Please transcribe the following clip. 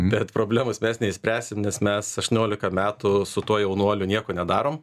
bet problemos mes neišspręsim nes mes aštuoniolika metų su tuo jaunuoliu nieko nedarom